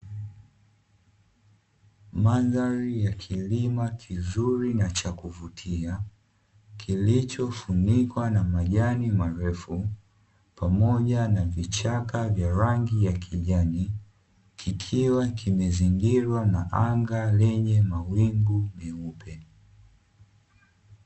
Mandhari ya kilimo kizuri na cha kuvutia, kilichofunikwa na majani marefu pamoja na vichaka vya rangi ya kijani, kikiwa kimezingirwa na anga lenye mawingu meupe.